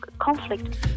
conflict